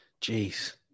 Jeez